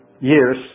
years